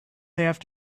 have